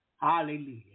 Hallelujah